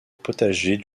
potager